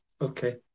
Okay